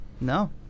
No